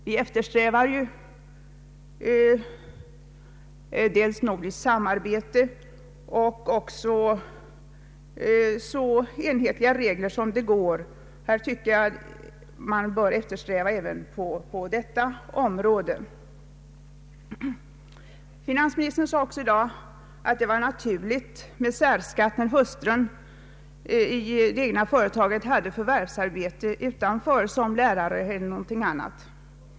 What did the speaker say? Vi eftersträvar ju dels nordiskt samarbete, dels så enhetliga regler som möjligt. Det tycker jag man bör eftersträva även på detta område. Finansministern sade också i dag att det var naturligt med särskatt, om hustrun i det egna företaget hade förvärvsarbete utanför företaget, som lärare eller något annat.